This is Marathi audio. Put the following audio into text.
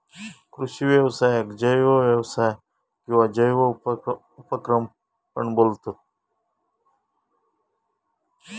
कृषि व्यवसायाक जैव व्यवसाय किंवा जैव उपक्रम पण बोलतत